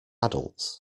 adults